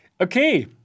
okay